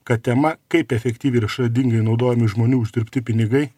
kad tema kaip efektyviai ir išradingai naudojami žmonių uždirbti pinigai